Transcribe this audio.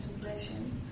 contemplation